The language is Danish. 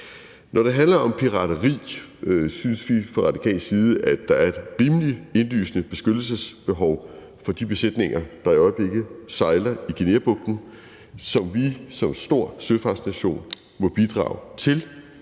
Når det handler om pirateri, synes vi fra radikal side, at der er et rimelig indlysende beskyttelsesbehov for de besætninger, der i øjeblikket sejler i Guineabugten, som vi som en stor søfartsnation må bidrage til.